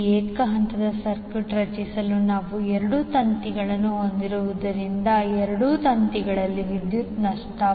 ಈ ಏಕ ಹಂತದ ಸರ್ಕ್ಯೂಟ್ ರಚಿಸಲು ನಾವು 2 ತಂತಿಗಳನ್ನು ಹೊಂದಿರುವುದರಿಂದ ಎರಡು ತಂತಿಗಳಲ್ಲಿ ವಿದ್ಯುತ್ ನಷ್ಟ